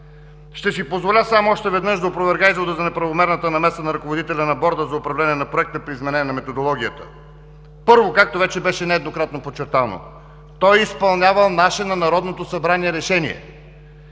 Ще си позволя само още веднъж да опровергая за неправомерната намеса на ръководителя на Борда за управление на проекта при изменение на методологията. Първо, както вече беше нееднократно подчертавано: той е изпълнявал наше, на Народното събрание, решение